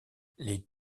les